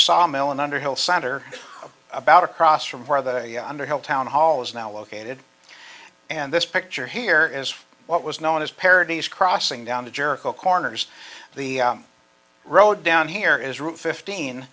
sawmill in underhill center about across from where the underhill town hall is now located and this picture here is what was known as parodies crossing down to jericho corners the road down here is